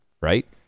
right